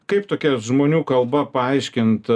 kaip tokia žmonių kalba paaiškint